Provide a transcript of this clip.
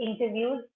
interviews